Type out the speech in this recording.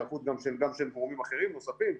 היערכות גם של גורמים אחרים נוספים.